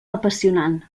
apassionant